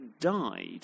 died